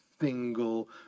single